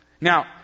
Now